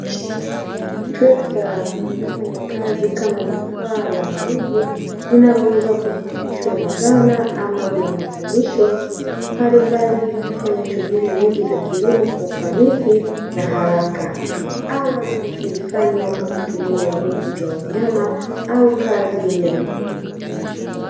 Trekita inafanya kazi kama jukwaa la nguvu linaloweza kuunganisha na zana ama viambatanisho mbalimbali ili kufanya shughuli nyingi za kilimo kwa ufanisi na haraka, awali zilifanywa kwa kutumia nguvu za wanyama au kazi ya mikono.